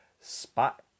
Spot